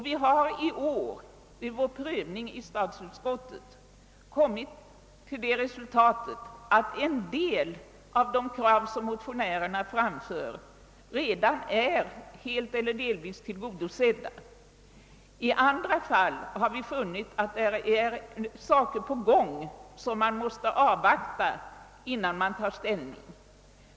Vi har i år vid vår prövning i statsutskottet kommit till det resultatet att en del av de krav, som motionärerna framför, redan är helt eller delvis tillgodosedda. I andra fall har vi funnit att saker är på gång som vi måste avvakta innan vi kan ta ställning.